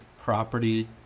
property